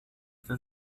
der